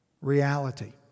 reality